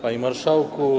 Panie Marszałku!